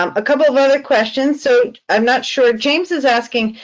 um a couple of other questions, so i'm not sure. james is asking,